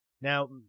Now